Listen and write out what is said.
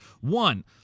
One